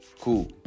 Cool